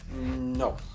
No